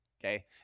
okay